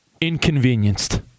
inconvenienced